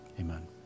Amen